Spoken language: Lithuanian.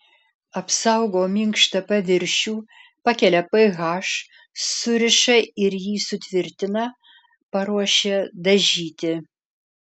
apsaugo minkštą paviršių pakelia ph suriša ir jį sutvirtina paruošia dažyti